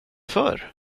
förr